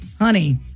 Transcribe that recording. honey